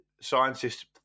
scientists